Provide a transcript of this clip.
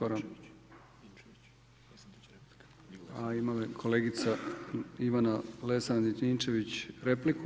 A, ima kolegica Ivana Lesandrić-Ninčević repliku.